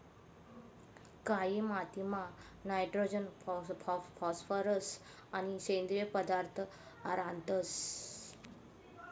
कायी मातीमा nitrogen phosphorus आणि सेंद्रिय पदार्थ रातंस